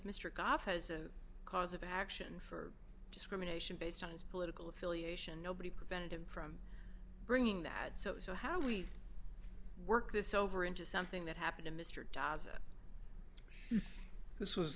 a cause of action for discrimination based on his political affiliation nobody prevented him from bringing that so so how we work this over into something that happened in mr dobbs this was